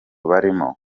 barimo